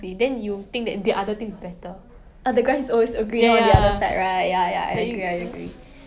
their figure 他们的身材 ya